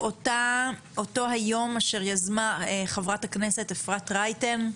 אותו היום אשר יזמה חברת הכנסת אפרת רייטן,